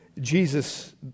Jesus